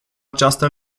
această